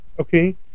okay